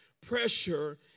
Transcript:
pressure